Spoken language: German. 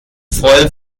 voll